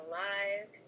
Alive